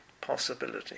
possibility